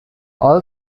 all